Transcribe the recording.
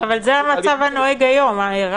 אבל זה המצב הנוהג היום.